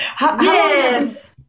Yes